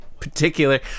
particular